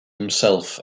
himself